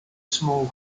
small